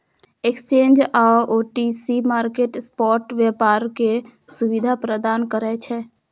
exchange आ OTC market spot व्यापार के सुविधा प्रदान करै छै